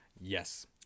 Yes